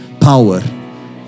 power